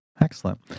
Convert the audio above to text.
Excellent